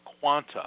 quanta